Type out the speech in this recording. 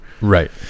right